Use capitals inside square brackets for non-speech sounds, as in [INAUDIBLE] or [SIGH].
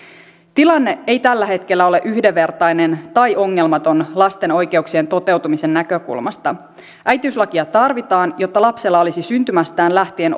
tilanne ei tällä hetkellä ole yhdenvertainen tai ongelmaton lasten oikeuksien toteutumisen näkökulmasta äitiyslakia tarvitaan jotta lapsella olisi syntymästään lähtien [UNINTELLIGIBLE]